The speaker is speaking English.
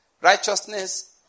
Righteousness